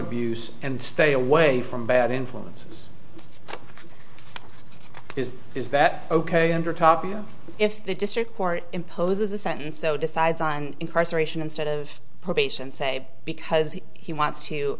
abuse and stay away from bad influences is is that ok under talk you know if the district court imposes the sentence so decides on incarceration instead of probation say because he wants to